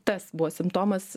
tas buvo simptomas